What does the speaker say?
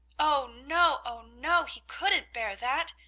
oh, no! oh, no! he couldn't bear that,